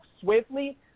swiftly